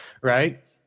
right